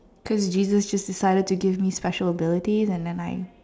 cause Jesus just decided to give me special abilities and then I